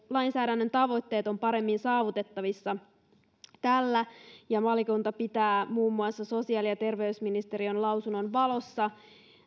lainsäädännön tavoitteet ovat paremmin saavutettavissa tällä ja valiokunta pitää muun muassa sosiaali ja terveysministeriön lausunnon valossa